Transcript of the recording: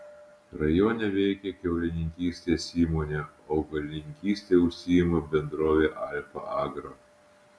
rajone veikia kiaulininkystės įmonė augalininkyste užsiima bendrovė alfa agro